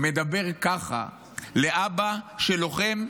מדבר כך לאבא של לוחם,